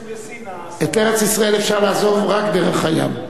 את ארץ-ישראל אפשר לעזוב רק דרך הים.